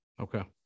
Okay